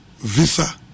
visa